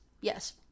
Yes